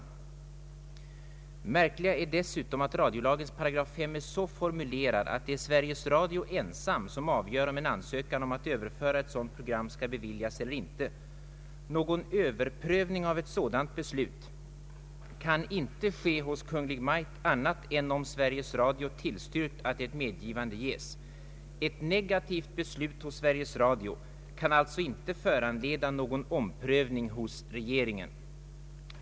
Det märkliga är dessutom, att radiolagens § 5 är så formulerad, att det är Sveriges Radio ensam som avgör om en ansökan att få överföra ett sådant program skall beviljas eller inte. Någon överprövning av ett sådant beslut kan inte ske hos Kungl. Maj:t annat än om Sveriges Radio tillstyrkt att ett medgivande lämnas. Ett negativt beslut hos Sveriges Radio kan alltså inte föranleda någon omprövning hos regeringen.